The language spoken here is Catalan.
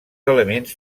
elements